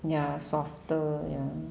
ya softer ya